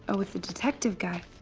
oh, it's the detective guy.